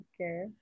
Okay